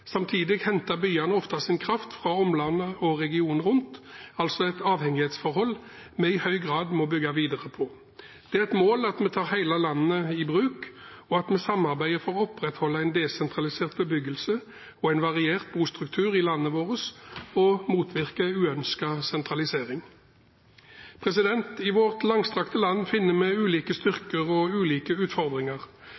Samtidig henter byene ofte sin kraft fra omlandet og regionen rundt, altså et avhengighetsforhold vi i høy grad må bygge videre på. Det er et mål at vi tar hele landet i bruk, og at vi samarbeider for å opprettholde en desentralisert bebyggelse og en variert bostruktur i landet vårt og motvirker uønsket sentralisering. I vårt langstrakte land finner vi ulike